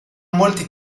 molti